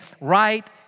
right